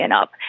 up